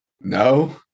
No